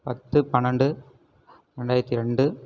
பத்து பன்னெண்டு ரெண்டாயிரத்தி ரெண்டு